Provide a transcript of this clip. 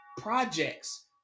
projects